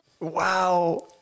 Wow